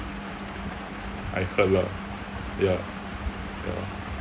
I heard lah ya ya